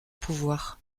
pouvoir